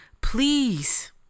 please